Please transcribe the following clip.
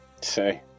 say